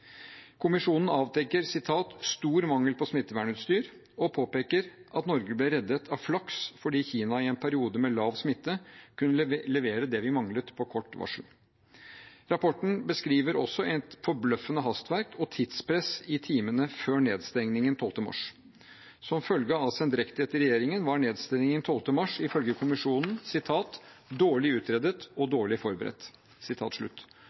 Kommisjonen avdekker «stor mangel på smittevernutstyr» og påpeker at Norge ble reddet av flaks fordi Kina i en periode med lav smitte kunne levere det vi manglet, på kort varsel. Rapporten beskriver også et forbløffende hastverk og tidspress i timene før nedstengningen 12. mars. Som følge av sendrektighet i regjeringen var nedstengningen 12. mars ifølge kommisjonen «dårlig utredet og dårlig forberedt», bl.a. ved en mangelfull vurdering av tiltakene opp mot Grunnloven og